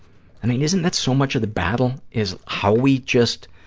and isn't that so much of the battle, is how we just,